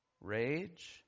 rage